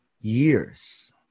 years